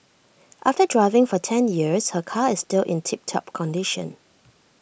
after driving for ten years her car is still in tip top condition